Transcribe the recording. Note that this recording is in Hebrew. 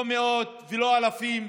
לא מאות ולא אלפים,